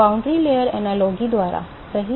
सीमा परत सादृश्य द्वारा सही